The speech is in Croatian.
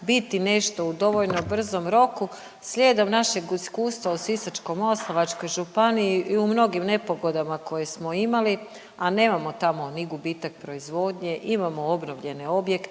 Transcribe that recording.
biti nešto u dovoljno brzom roku slijedom našeg iskustva u Sisačko-moslavačkog županiji i u mnogim nepogodama koje smo imali, a nemamo tamo ni gubitak proizvodnje, imamo obnovljene objekte,